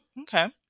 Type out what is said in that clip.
Okay